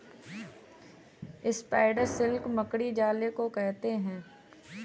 spider silk मकड़ी जाले को कहते हैं